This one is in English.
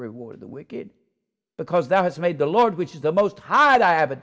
reward of the wicked because that has made the lord which is the most high i have a